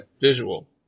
visual